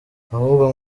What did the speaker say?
ahubwo